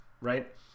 right